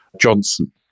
Johnson